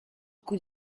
coup